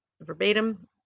verbatim